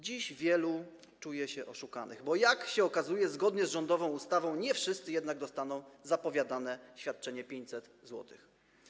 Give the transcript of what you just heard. Dziś wielu czuje się oszukanych, bo jak się okazuje, zgodnie z rządową ustawą nie wszyscy jednak dostaną zapowiadane świadczenie 500 zł.